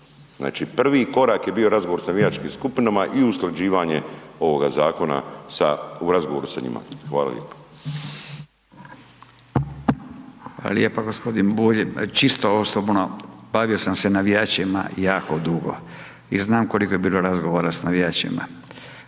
Znači prvi korak je bio razgovor sa navijačkim skupinama i u usklađivanje ovoga zakona u razgovoru sa njima. Hvala lijepo. **Radin, Furio (Nezavisni)** Hvala lijepa, g. Bulj. Čisto osobno, bavio sam se navijačima jako dugo i znam koliko je bilo razgovora sa navijačima